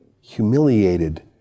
Humiliated